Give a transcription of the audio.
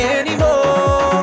anymore